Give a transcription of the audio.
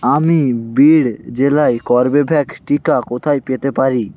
আমি বিড় জেলায় কর্বেভ্যাক্স টিকা কোথায় পেতে পারি